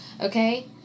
Okay